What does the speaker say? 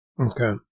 Okay